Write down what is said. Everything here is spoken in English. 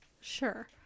sure